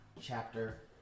chapter